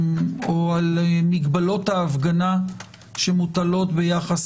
או על מגבלות ההפגנה שמוטלות ביחס